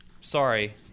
Sorry